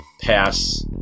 pass